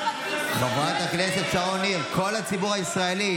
חברת הכנסת שרון ניר, כל הציבור הישראלי?